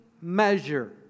measure